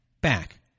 back